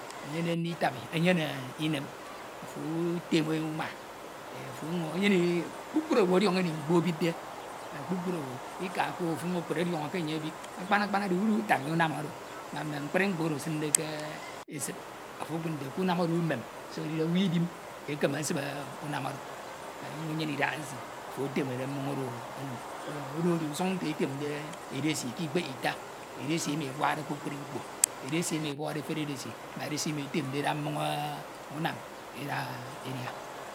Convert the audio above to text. Biyemde nditabi enyene inem afo. utem e uma afo ọnyuñ enyene ini kpukpru owu ọdiọñọ ini mkpo ebidde kpukpru oro ika ko ofo ọnyun okud ke enye ebid akpan akpa edi uditabi unam oro. MMe mkpri mkpooro esinde ke esid afo okud nte ke unam oro enem se edide owu idim ekeme esibe unam oro ọnyuñ enyene idaha nsie ofo etemede mmoñ oro enim oro edi usuñ nte etemde edesi k ikphe ita, edesi emi ebuakde kpukpru mkpo, edesi emi ebọkde efere edesi ma edesi emi etemde eda mmoñ unam eda edia